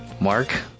Mark